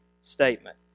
statement